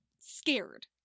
scared